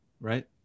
right